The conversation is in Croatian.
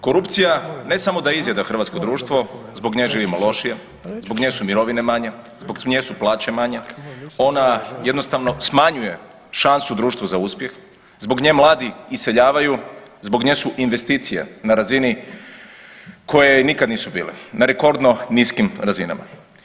Korupcija ne samo da izjeda hrvatsko društvo, zbog nje živimo lošije, zbog nje su mirovine manje, zbog nje su plaće manje, ona jednostavno smanjuje šansu društvu za uspjeh, zbog nje mladi iseljavaju, zbog nje su investicije na razini koje nikad nisu bile, na rekordno niskim razinama.